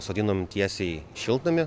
sodinom tiesiai į šiltnamį